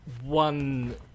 one